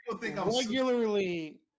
regularly